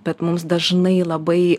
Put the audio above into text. bet mums dažnai labai